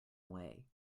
away